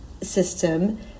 system